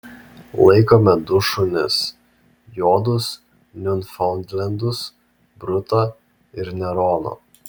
laikome du šunis juodus niufaundlendus brutą ir neroną